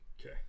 Okay